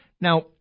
Now